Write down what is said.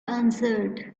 answered